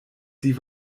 die